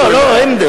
לא, לא, הם דיברו.